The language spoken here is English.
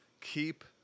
keep